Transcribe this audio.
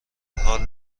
حال